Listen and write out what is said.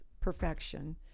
perfection